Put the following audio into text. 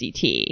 CT